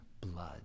blood